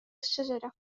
الشجرة